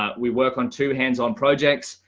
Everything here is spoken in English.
ah we work on two hands on projects.